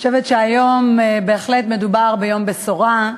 אני חושבת שהיום בהחלט מדובר ביום בשורה,